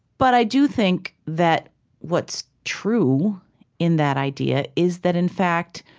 but i do think that what's true in that idea is that, in fact,